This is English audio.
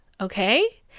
Okay